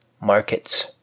markets